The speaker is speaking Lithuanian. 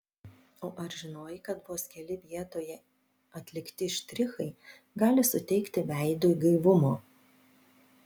o ar žinojai kad vos keli vietoje atlikti štrichai gali suteikti veidui gaivumo